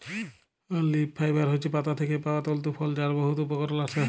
leaf fibre হছে পাতা থ্যাকে পাউয়া তলতু ফল যার বহুত উপকরল আসে